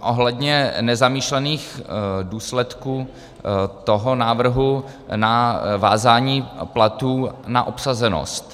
ohledně nezamýšlených důsledků toho návrhu na vázání platů na obsazenost.